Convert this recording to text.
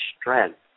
strength